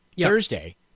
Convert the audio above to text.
Thursday